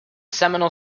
seminole